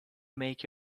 make